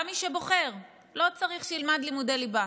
גם מי שבוחר לא צריך שילמד לימודי ליבה.